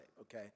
okay